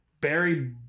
Barry